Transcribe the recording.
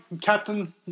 captain